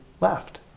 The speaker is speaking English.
left